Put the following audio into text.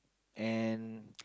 and